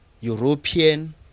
European